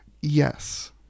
yes